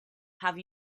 have